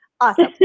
awesome